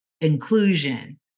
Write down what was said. inclusion